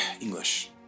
English